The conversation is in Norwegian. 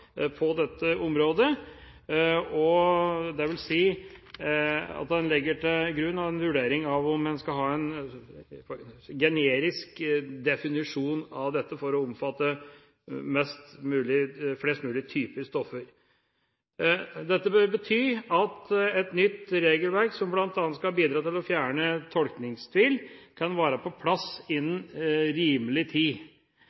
på dette området, dvs. at en legger til grunn en vurdering om en skal ha en generisk definisjon av dette for å omfatte flest mulig typer stoffer. Dette betyr at et nytt regelverk, som bl.a. skal bidra til å fjerne tolkningstvil, kan være på plass